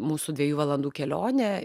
mūsų dviejų valandų kelionė